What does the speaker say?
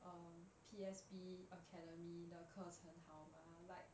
um P_S_B academy 的课程好 mah like